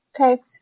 Okay